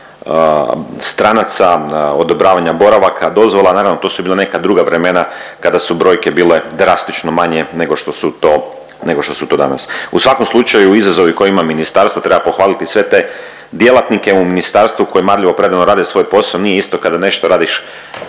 stranaca, odobravanja boravaka dozvola, naravno to su bila neka druga vremena kada su brojke bile drastično manje nego što su to, nego što su to danas. U svakom slučaju izazovi koje ima ministarstvo treba pohvaliti sve te djelatnike u ministarstvu koji marljivo, predano rade svoj posao. Nije isto kada nešto radiš